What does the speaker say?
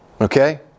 Okay